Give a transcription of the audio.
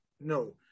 No